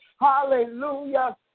hallelujah